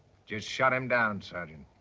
just shot him down, sergeant.